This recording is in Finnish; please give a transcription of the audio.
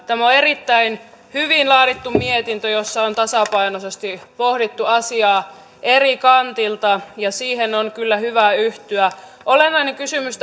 tämä on erittäin hyvin laadittu mietintö jossa on tasapainoisesti pohdittu asiaa eri kanteilta ja siihen on kyllä hyvä yhtyä olennainen kysymys